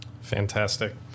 Fantastic